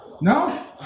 No